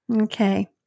Okay